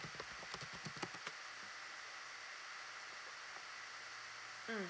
mm